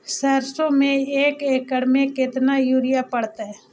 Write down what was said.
सरसों में एक एकड़ मे केतना युरिया पड़तै?